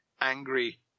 angry